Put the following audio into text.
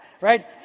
right